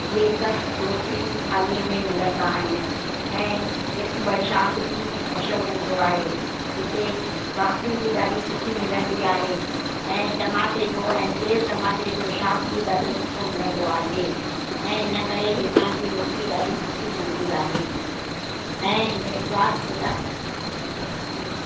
इहे सभु रोटी थालीअ में मिलंदा आहिनि ऐं हिकु ॿ शाक बि मशहूरु हूंदो आहे हिते भाकड़ी बि ॾाढी सुठी मिलंदी आहे ऐं टमाटे जो ऐं सेव टमाटे जो शाक बि ॾाढो सुठो मिलंदो आहे ऐं हिन करे हितां जी रोटी ॾाढी सुठी हूंदी आहे ऐं सवादु ॾाढो सवादु हूंदो आहे